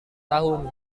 tahun